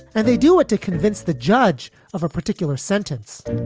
and they do it to convince the judge of a particular sentence.